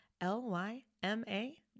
L-Y-M-A